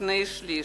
שני שלישים.